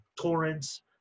torrents